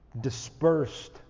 dispersed